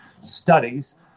studies